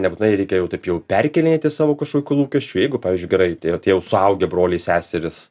nebūtinai reikia jau taip jau perkėlinėti savo kažkokių lūkesčių jeigu pavyzdžiui gerai tie jau suaugę broliai seserys